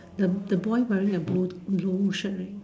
the the boy wearing a blue blue shirt right